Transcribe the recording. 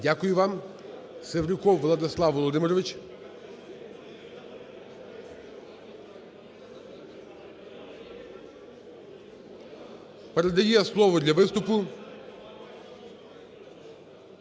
Дякую вам. Севрюков Владислав Володимирович передає слово для виступу…